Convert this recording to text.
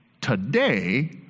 Today